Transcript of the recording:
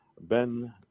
Ben